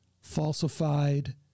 falsified